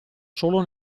solo